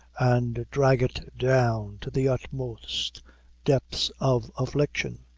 and drag it down to the utmost depths of affliction.